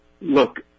look